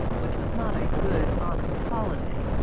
which was not a good, honest holiday,